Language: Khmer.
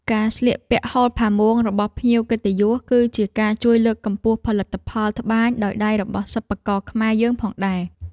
ការស្លៀកពាក់ហូលផាមួងរបស់ភ្ញៀវកិត្តិយស គឺជាការជួយលើកកម្ពស់ផលិតផលត្បាញដោយដៃរបស់សិប្បករខ្មែរយើងផងដែរ។